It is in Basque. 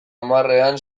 hamarrean